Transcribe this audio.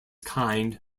kind